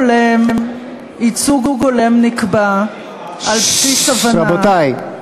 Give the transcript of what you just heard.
ייצוג הולם נקבע על בסיס הבנה, רבותי.